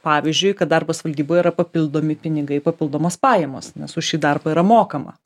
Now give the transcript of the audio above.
pavyzdžiui kad darbas valdyboje yra papildomi pinigai papildomos pajamos nes už šį darbą yra mokama